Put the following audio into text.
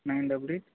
nine double eight